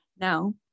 No